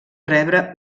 rebre